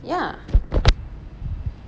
yeah